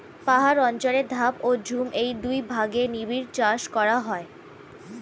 পাহাড় অঞ্চলে ধাপ ও ঝুম এই দুই ভাগে নিবিড় চাষ করা হয়